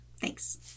Thanks